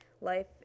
life